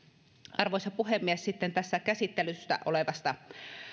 arvoisa puhemies sitten tästä käsittelyssä olevasta